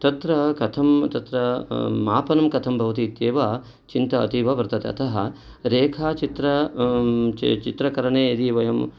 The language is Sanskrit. तत्र कथं तत्र मापनं कथं भवति इत्येव चिन्ता अतीव वर्तते अतः रेखाचित्र चित्रकरणे यदि वयं